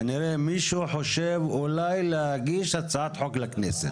כנראה מישהו חושב אולי להגיש הצעת חוק לכנסת.